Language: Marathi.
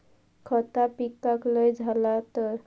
खता पिकाक लय झाला तर?